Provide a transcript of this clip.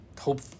hope –